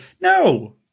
No